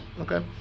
okay